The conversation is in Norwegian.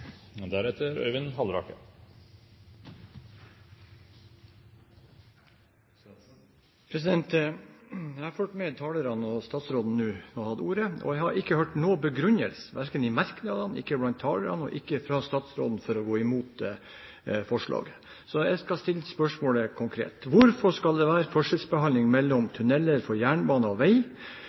Jeg har fulgt med på de talerne som har hatt ordet, og nå statsråden, og jeg har ikke hørt noen begrunnelse – verken i merknadene, blant talerne eller fra statsråden – for å gå imot forslaget. Så jeg skal stille spørsmålet konkret: Hvorfor skal det være forskjellsbehandling av tunneler for jernbane og vei,